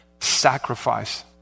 sacrifice